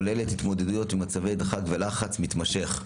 המציאות היומיומית כוללת התמודדויות עם מצבי דחק ולחץ מתמשך.